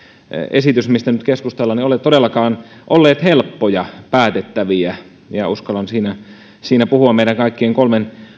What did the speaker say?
esitys mistä nyt keskustellaan ole todellakaan olleet helppoja päätettäviä ja uskallan siinä siinä puhua meidän kaikkien kolmen